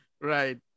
Right